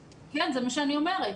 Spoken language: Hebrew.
כן, זה מה שאני אומרת.